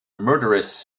murderous